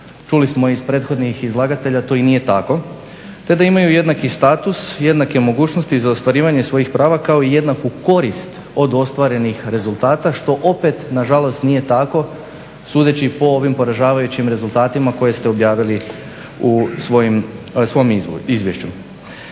čuli smo i od prethodnih izlagatelja to i nije tako te da imaju jednaki status, jednake mogućnosti za ostvarivanje svojih prava kao i jednaku korist od ostvarenih rezultata što opet nažalost nije tako sudeći po ovim poražavajućim rezultatima koje ste objavili u svom izvješću.